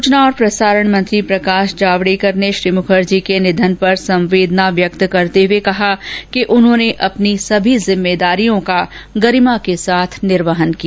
सूचना और प्रसारण मंत्री प्रकाश जावेडकर ने श्री मुखर्जी के निधन पर संवेदना व्यक्त करते हुए कहा कि उन्होंने अपनी सभी जिम्मेदारियों का गरिमा के साथ निर्वहन किया